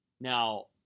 Now